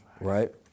Right